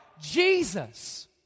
Jesus